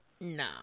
No